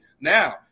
now